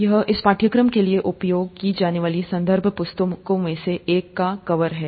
यह इस पाठ्यक्रम के लिए उपयोग की जाने वाली संदर्भ पुस्तकों में से एक का कवर है